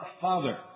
Father